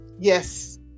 yes